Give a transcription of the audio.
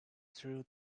through